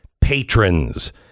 patrons